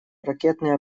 ракетные